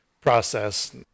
process